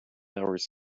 hours